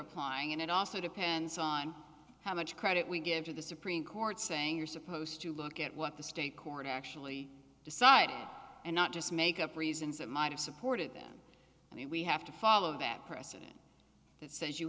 applying and it also depends on how much credit we give to the supreme court saying you're supposed to look at what the state court actually decided and not just make up reasons that might have supported them and then we have to follow that precedent that says you